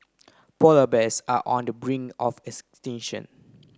polar bears are on the bring of